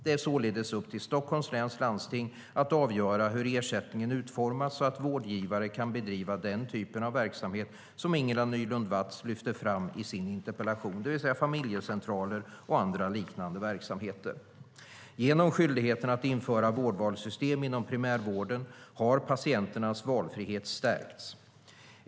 Det är således upp till Stockholms läns landsting att avgöra hur ersättningen utformas så att vårdgivare kan bedriva den typen av verksamheter som Ingela Nylund Watz lyfter fram i sin interpellation, det vill säga familjecentraler och andra liknande verksamheter. Genom skyldigheten att införa vårdvalssystem inom primärvården har patienternas valfrihet stärkts.